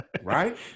Right